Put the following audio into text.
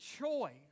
choice